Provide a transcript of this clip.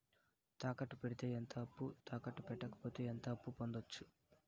తాకట్టు పెడితే ఎంత అప్పు, తాకట్టు పెట్టకపోతే ఎంత అప్పు పొందొచ్చు?